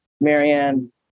Marianne